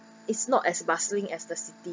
it's not as bustling as the city